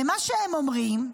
ומה שהם אומרים,